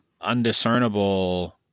undiscernible